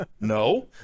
No